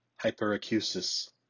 Hyperacusis